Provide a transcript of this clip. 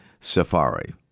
safari